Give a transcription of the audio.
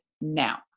now